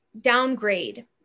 downgrade